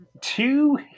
two